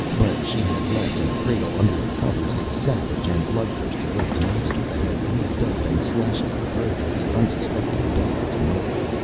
but she had left in the cradle, under the covers, a savage and blood-thirsty little monster that had leaped up and slashed the throat of the unsuspecting baby's mother.